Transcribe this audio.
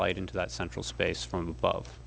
light into that central space from above